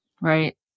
Right